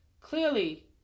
Clearly